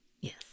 Yes